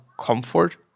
comfort